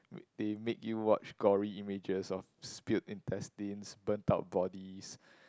wait they make you watch gory images of spilled intestines burnt out bodies